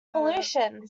evolution